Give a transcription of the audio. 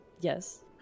yes